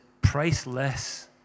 priceless